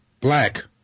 Black